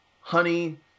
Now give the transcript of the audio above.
honey